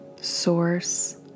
source